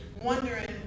wondering